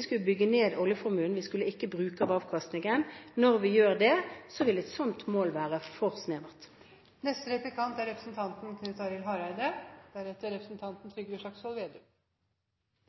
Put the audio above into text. skulle bygge ned oljeformuen, at vi ikke skulle bruke av avkastningen. Når vi gjør det, vil et slikt mål være